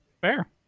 Fair